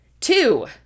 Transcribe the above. Two